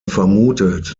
vermutet